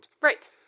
Right